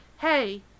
hey-